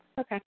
Okay